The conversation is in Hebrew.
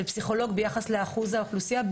בפרופורציה של פסיכולוג ביחס לאחוז האוכלוסייה,